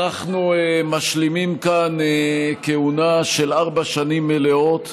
אנחנו משלימים כאן כהונה של ארבע שנים מלאות,